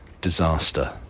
Disaster